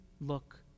look